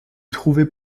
trouvé